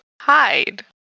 hide